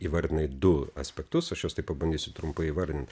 įvardinai du aspektus aš juos taip pabandysiu trumpai įvardint